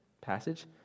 passage